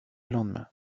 lendemain